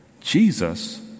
Jesus